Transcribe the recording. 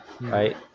right